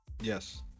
Yes